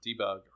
debug